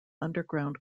underground